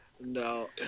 No